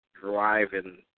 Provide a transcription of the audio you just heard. driving